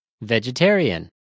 Vegetarian